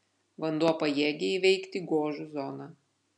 vanduo pajėgia įveikti gožų zoną